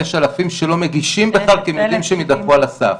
ויש אלפים שלא מגישים בכלל כי הם יודעים שהם יידחו על הסף.